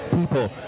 people